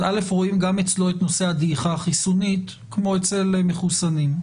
אז רואים גם אצלו את נושא הדעיכה החיסונית כמו אצל מחוסנים,